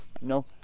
no